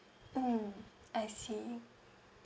mm I see